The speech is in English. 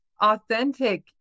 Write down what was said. authentic